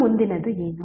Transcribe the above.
ಈಗ ಮುಂದಿನದು ಏನು